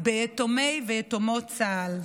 ביתומי ויתומות צה"ל.